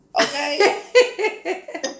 Okay